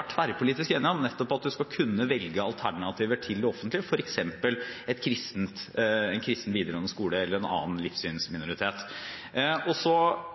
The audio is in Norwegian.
vært tverrpolitisk enighet om at man nettopp skal kunne velge alternativer til det offentlige, f.eks. en kristen videregående skole eller en skole med utgangspunkt i en livssynsminoritet.